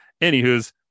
Anywho's